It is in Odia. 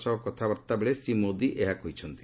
ସହ କଥାବାର୍ତ୍ତାବେଳେ ଶ୍ରୀ ମୋଦି ଏହା କହିଛନ୍ତି